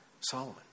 Solomon